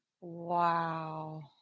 Wow